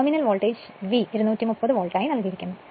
terminal voltage V 230 വോൾട്ടായി നൽകിയിരിക്കുന്നു